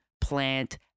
plant